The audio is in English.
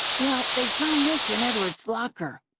well, they found this in edward's locker.